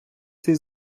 цей